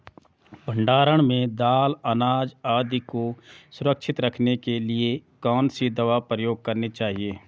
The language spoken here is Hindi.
भण्डारण में दाल अनाज आदि को सुरक्षित रखने के लिए कौन सी दवा प्रयोग करनी चाहिए?